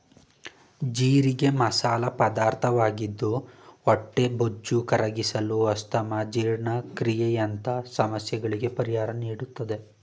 ಜೀರಿಗೆ ಮಸಾಲ ಪದಾರ್ಥವಾಗಿದ್ದು ಹೊಟ್ಟೆಬೊಜ್ಜು ಕರಗಿಸಲು, ಅಸ್ತಮಾ, ಜೀರ್ಣಕ್ರಿಯೆಯಂತ ಸಮಸ್ಯೆಗಳಿಗೆ ಪರಿಹಾರ ನೀಡುತ್ತದೆ